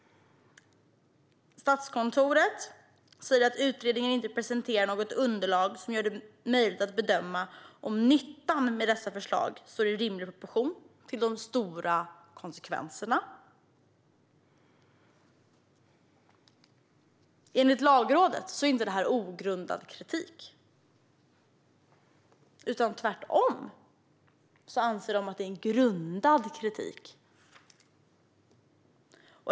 Statskontoret säger att utredningen inte presenterar något underlag som gör det möjligt att bedöma om nyttan med dessa förslag står i rimlig proportion till de stora konsekvenserna. Enligt Lagrådet är det här inte ogrundad kritik. Tvärtom anser man att det finns grund för kritiken.